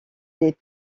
des